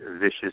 vicious